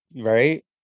right